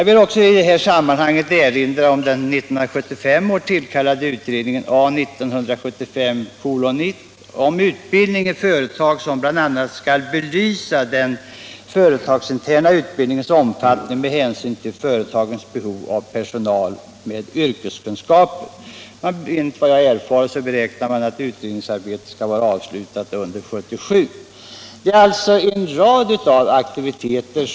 I sammanhanget bör också erinras om den år 1975 tillkallade utredningen om utbildning i företag, A 1975:1, som bl.a. skall belysa den företagsinterna utbildningens omfattning med hänsyn till företagens behov av personal med yrkeskunskaper. Enligt vad jag erfarit beräknas utredningsarbetet vara avslutat under våren 1977. Det pågår alltså en rad aktiviteter.